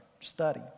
study